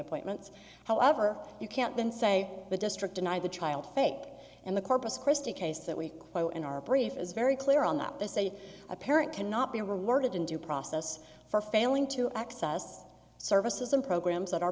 appointments however you can't then say the district denied the child fake and the corpus cristi case that we quote in our brief is very clear on that they say a parent cannot be rewarded in due process for failing to access services and programs that are